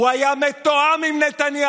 הוא היה מתואם עם נתניהו,